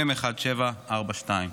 מ/1742.